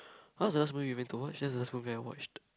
what was the last movie we've been to watch that's the last movie I watched